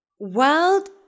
World